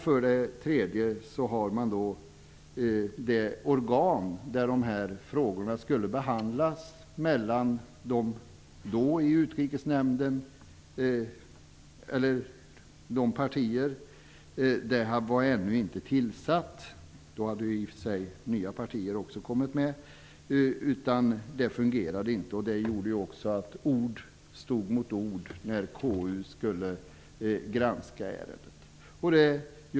För det tredje fungerade inte det organ där dessa frågor skulle behandlas mellan partierna i Utrikesnämnden. Detta organ var ännu inte tillsatt. Då hade i och för sig också nya partier kommit med. Detta innebar att ord stod mot ord när KU skulle granska ärendet.